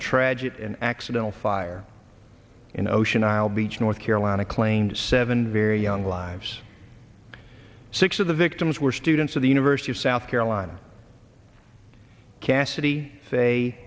a tragic an accidental fire in ocean isle beach north carolina claimed seven very young lives six of the victims were students of the university of south carolina cassidy say